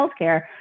healthcare